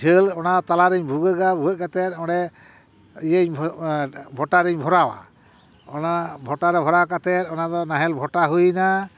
ᱡᱷᱟᱹᱞ ᱚᱱᱟ ᱛᱟᱞᱟᱨᱮᱧ ᱵᱷᱩᱜᱟᱹᱜᱟ ᱵᱷᱩᱜᱟᱹᱜ ᱠᱟᱛᱮ ᱚᱸᱰᱮ ᱤᱭᱟᱹᱧ ᱵᱷᱚ ᱵᱷᱚᱴᱟᱨᱮᱧ ᱵᱷᱚᱨᱟᱣᱟ ᱚᱱᱟ ᱵᱷᱚᱴᱟᱨᱮ ᱵᱷᱚᱨᱟᱣ ᱠᱟᱛᱮ ᱚᱱᱟ ᱫᱚ ᱱᱟᱦᱮᱞ ᱵᱷᱚᱴᱟ ᱦᱩᱭᱱᱟ